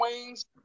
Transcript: wings